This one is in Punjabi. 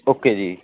ਓਕੇ ਜੀ